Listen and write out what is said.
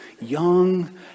young